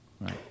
Right